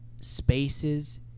spaces